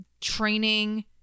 training